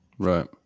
Right